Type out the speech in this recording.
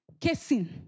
casing